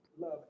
love